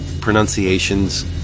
pronunciations